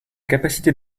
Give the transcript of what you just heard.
capacité